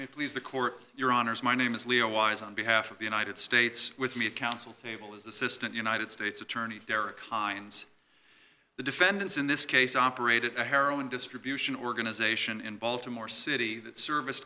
may please the court your honors my name is leo wise on behalf of the united states with me counsel table is assistant united states attorney derrick hines the defendants in this case operated a heroin distribution organization in baltimore city that service